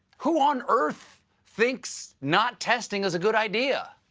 who on earth thinks not testing is a good idea?